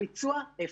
הביצוע אפס.